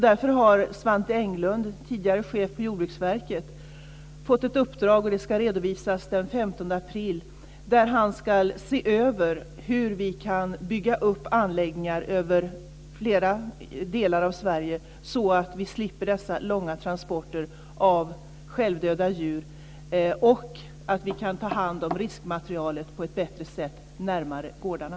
Därför har Svante Englund, tidigare chef för Jordbruksverket, fått ett uppdrag som ska redovisas den 15 april där han ska se över hur vi kan bygga upp anläggningar i flera delar av Sverige så att vi slipper dessa långa transporter av självdöda djur och kan ta hand om riskmaterialet på ett bättre sätt närmare gårdarna.